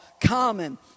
common